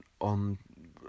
on